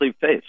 face